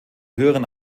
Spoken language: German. höheren